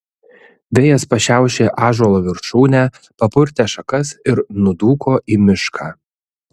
vėjas pašiaušė ąžuolo viršūnę papurtė šakas ir nudūko į mišką